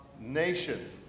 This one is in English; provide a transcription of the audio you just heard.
nations